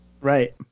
Right